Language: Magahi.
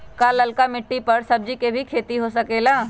का लालका मिट्टी कर सब्जी के भी खेती हो सकेला?